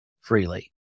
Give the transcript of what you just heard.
freely